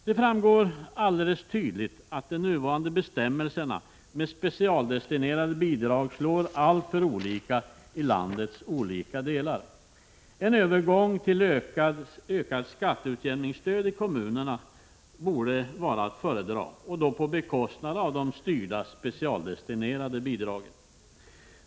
Det är alldeles tydligt att de nuvarande bestämmelserna om specialdestinerade bidrag slår alltför olika i landets olika delar. En övergång till ökat skatteutjämningsstöd i kommunerna borde vara att föredra, på bekostnad av de styrda, specialdestinerade bidragen.